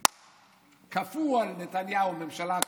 כפו על נתניהו ממשלה,